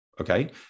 Okay